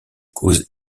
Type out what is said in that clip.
cause